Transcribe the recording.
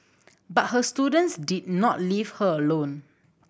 but her students did not leave her alone